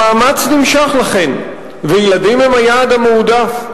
לכן המאמץ נמשך, וילדים הם היעד המועדף.